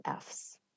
Fs